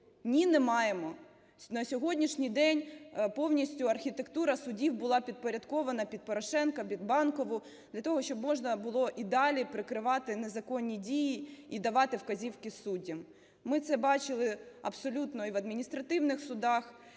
Ні, не маємо. На сьогоднішній день повністю архітектура судів була підпорядкована під Порошенко, під Банкову, для того щоб можна було і далі прикривати незаконні дії і давати вказівки суддям. Ми це бачили абсолютно і в адміністративних судах,